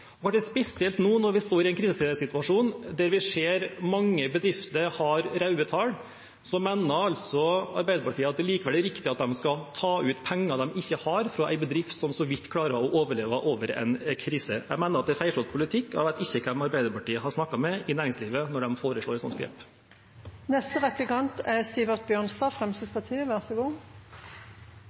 er spesielt at nå, når vi står i en krisesituasjon der vi ser at mange bedrifter har røde tall, mener Arbeiderpartiet at det likevel er riktig at de skal ta ut penger de ikke har, fra bedrifter som så vidt klarer å overleve en krise. Jeg mener at det er feilslått politikk, og jeg vet ikke hvem Arbeiderpartiet har snakket med i næringslivet, når de foreslår et sånt grep. Det er ingen tvil om at lavere avgifter er